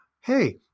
hey